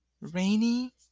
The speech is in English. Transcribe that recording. rainy